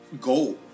goal